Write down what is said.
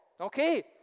Okay